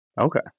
Okay